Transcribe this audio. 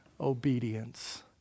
obedience